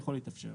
שיכול להתאפשר,